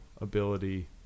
ability